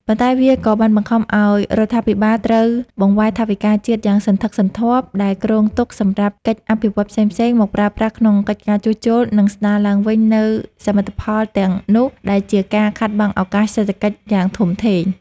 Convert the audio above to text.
ប៉ុន្តែវាក៏បានបង្ខំឱ្យរដ្ឋាភិបាលត្រូវបង្វែរថវិកាជាតិយ៉ាងសន្ធឹកសន្ធាប់ដែលគ្រោងទុកសម្រាប់កិច្ចអភិវឌ្ឍន៍ផ្សេងៗ មកប្រើប្រាស់ក្នុងកិច្ចការជួសជុល និងស្ដារឡើងវិញនូវសមិទ្ធផលទាំងនោះ ដែលជាការខាតបង់ឱកាសសេដ្ឋកិច្ចយ៉ាងធំធេង។